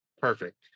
perfect